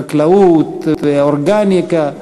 בחקלאות ובאורגניקה.